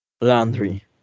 Laundry